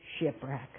shipwreck